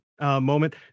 moment